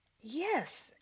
Yes